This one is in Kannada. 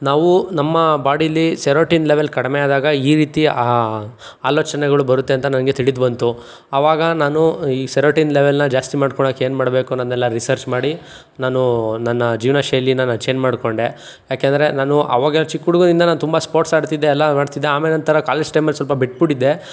ನಾವು ನಮ್ಮ ಬಾಡಿಲಿ ಸೆರೋಟಿನ್ ಲೆವೆಲ್ ಕಡ್ಮೆ ಆದಾಗ ಈ ರೀತಿ ಆ ಆಲೋಚನೆಗಳು ಬರುತ್ತೆ ಅಂತ ನನಗೆ ತಿಳಿದು ಬಂತು ಆವಾಗ ನಾನು ಈ ಸೆರೋಟಿನ್ ಲೆವೆಲ್ನ ಜಾಸ್ತಿ ಮಾಡ್ಕೊಳ್ಳೋಕೆ ಏನು ಮಾಡಬೇಕು ಅನ್ನೋದನ್ನೆಲ್ಲ ರಿಸರ್ಚ್ ಮಾಡಿ ನಾನು ನನ್ನ ಜೀವನ ಶೈಲಿನ ನಾನು ಚೇಂಜ್ ಮಾಡಿಕೊಂಡೆ ಏಕೆಂದ್ರೆ ನಾನು ಆವಾಗ ಚಿಕ್ಕ ಹುಡುಗನಿಂದ ನಾನು ತುಂಬ ಸ್ಪೋರ್ಟ್ಸ್ ಆಡ್ತಿದ್ದೆ ಎಲ್ಲವೂ ಮಾಡ್ತಿದ್ದೆ ಆಮೇಲೆ ಒಂಥರ ಕಾಲೇಜ್ ಟೈಮಲ್ಲಿ ಸ್ವಲ್ಪ ಬಿಟ್ಬಿಟ್ಟಿದ್ದೆ